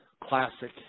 classic